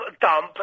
dump